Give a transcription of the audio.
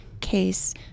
case